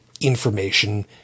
information